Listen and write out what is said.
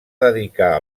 dedicar